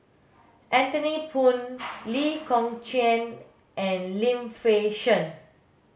Anthony Poon Lee Kong Chian and Lim Fei Shen